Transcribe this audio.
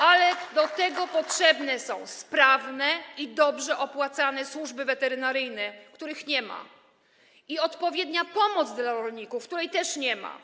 Ale do tego potrzebne są sprawne i dobrze opłacane służby weterynaryjne, których nie ma, i potrzebna jest odpowiednia pomoc dla rolników, której też nie ma.